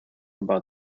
about